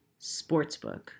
Sportsbook